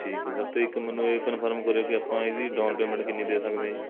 ਠੀਕ ਹੈ ਸਰ ਅਤੇ ਇੱਕ ਮੈਨੂੰ ਇਹ ਕਨਫਰਮ ਕਰਿਓ ਵੀ ਆਪਾਂ ਇਹਦੀ ਡਾਊਨ ਪੇਮੈਂਟ ਕਿੰਨੀ ਦੇ ਸਕਦੇ ਹਾਂ ਜੀ